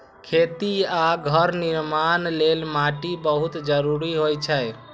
खेती आ घर निर्माण लेल माटि बहुत जरूरी होइ छै